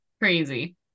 crazy